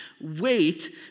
Wait